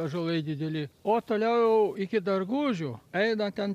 ąžuolai dideli o toliau iki dargužių eina ten